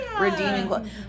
redeeming